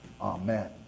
Amen